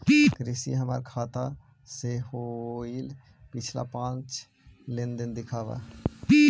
कृपा हमर खाता से होईल पिछला पाँच लेनदेन दिखाव